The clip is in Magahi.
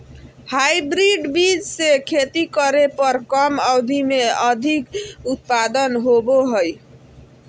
हाइब्रिड बीज से खेती करे पर कम अवधि में अधिक उत्पादन होबो हइ